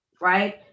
right